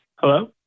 Hello